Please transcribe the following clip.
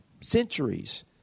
centuries